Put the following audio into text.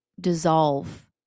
dissolve